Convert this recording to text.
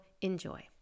enjoy